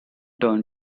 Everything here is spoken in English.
turn